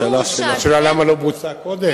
זה לממשלה, השאלה היא למה לא בוצע קודם?